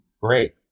great